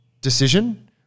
decision